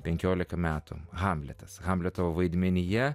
penkiolika metų hamletas hamleto vaidmenyje